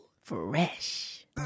fresh